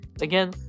again